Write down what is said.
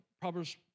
Proverbs